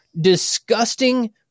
disgusting